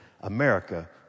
America